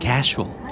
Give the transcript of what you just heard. Casual